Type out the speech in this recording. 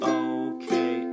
okay